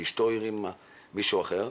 אשתו הרימה או מישהו אחר,